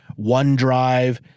OneDrive